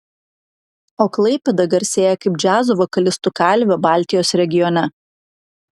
o klaipėda garsėja kaip džiazo vokalistų kalvė baltijos regione